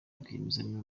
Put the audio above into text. rwiyemezamirimo